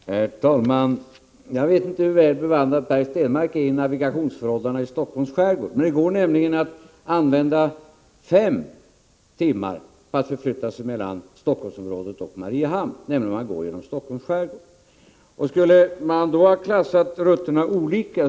Herr talman! Jag vet inte hur väl bevandrad Per Stenmarck är i navigationsförhållandena i Helsingforss skärgård. Det går att använda sig av fem timmar för att förflytta sig mellan Helsingforssområdet och Mariehamn, nämligen om man går genom Helsingforss skärgård. Skulle man då ha klassat rutterna olika?